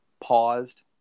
paused